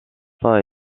pas